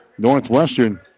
Northwestern